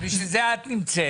אבל בשביל זה את נמצאת,